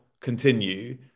continue